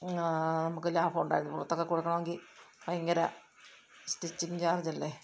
നമുക്ക് ലാഭമുണ്ടായിരുന്നു പുറത്തൊക്കെ കൊടുക്കണമെങ്കിൽ ഭയങ്കര സ്റ്റിറ്റിച്ചിങ് ചാർജ്ജല്ലേ